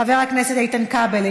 חבר הכנסת איתן כבל,